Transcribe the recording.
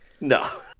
no